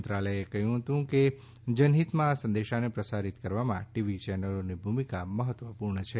મંત્રાલયે કહ્યું હતું કે જનહિતમાં આ સંદેશાને પ્રસારિત કરવામાં ટીવી ચેનલોની ભૂમિકા મહત્વપુર્ણ છે